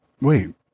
Wait